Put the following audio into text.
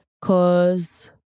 Cause